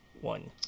one